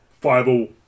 fireball